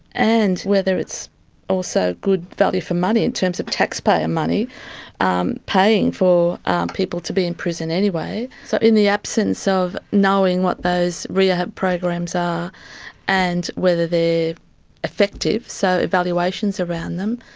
and whether it's also good value for money in terms of taxpayer money um paying for people to be in prison anyway. so in the absence of knowing what those rehab programs are and whether they are effective, so evaluations around them,